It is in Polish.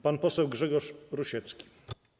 Pan poseł Grzegorz Rusiecki.